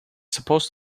supposed